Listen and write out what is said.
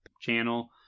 channel